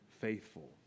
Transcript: faithful